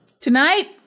Tonight